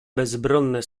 bezbronne